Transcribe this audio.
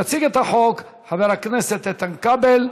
יציג את החוק חבר הכנסת איתן כבל,